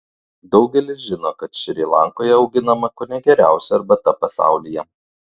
daugelis žino kad šri lankoje auginama kone geriausia arbata pasaulyje